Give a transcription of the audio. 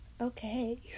okay